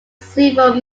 silver